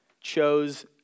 chose